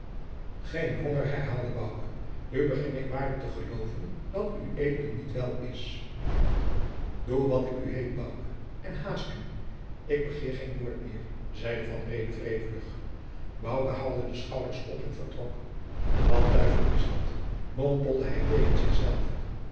geen honger herhaalde bouke nu begin ik waarlijk te geloven dat ued niet wel is doe wat ik u heet bouke en haast u ik begeer geen woord meer zeide van reede wrevelig bouke haalde de schouders op en vertrok wat duivel is dat mompelde hij tegen zich zelven